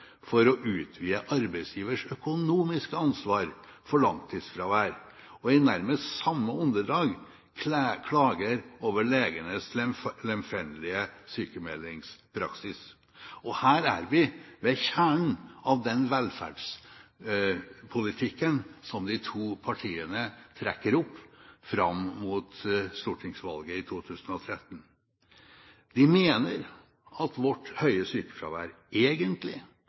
for å utvide arbeidsgivers økonomiske ansvar for langtidsfravær, og nærmest i samme åndedrag klager over legenes lemfeldige sykmeldingspraksis. Her er vi ved kjernen av den velferdspolitikken som de to partiene trekker opp fram mot stortingsvalget i 2013. De mener at vårt høye sykefravær egentlig